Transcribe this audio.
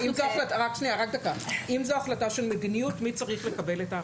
אם זאת החלטה של מדיניות, מי צריך לקבל את ההחלטה?